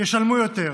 ישלמו יותר.